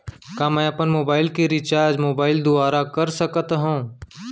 का मैं अपन मोबाइल के रिचार्ज मोबाइल दुवारा खुद कर सकत हव?